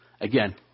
Again